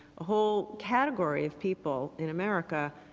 a whole category of people in america